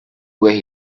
where